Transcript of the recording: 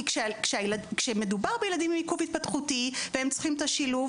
כי כשמדובר בילדים עם עיכוב התפתחותי והם צריכים את השילוב,